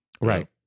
Right